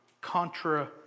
contra